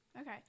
Okay